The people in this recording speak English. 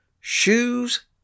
shoes